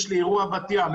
יש לי אירוע בת ים,